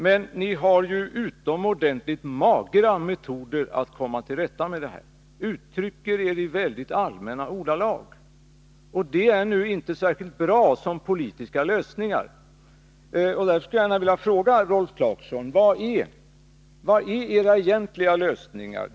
Men moderaterna har utomordentligt dåliga metoder för att komma till rätta med felet och uttrycker sig bara i allmänna ordalag. Det är nu inte särskilt bra när det gäller politiska lösningar. Därför skulle jag vilja fråga Rolf Clarkson: Vilka är era egentliga lösningar?